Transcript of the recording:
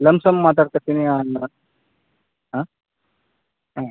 lump sum ಮಾತಾಡ್ಕೊತಿನಿ ಅಂದ್ರೆ ಹಾಂ ಹಾಂ